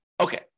Okay